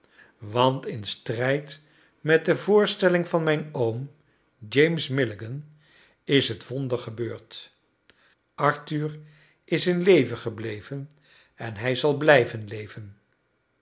want in strijd met de voorstelling van mijn oom james milligan is het wonder gebeurd arthur is in leven gebleven en hij zal blijven leven